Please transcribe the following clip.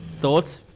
Thoughts